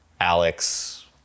Alex